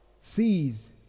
sees